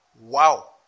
wow